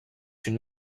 une